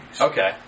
Okay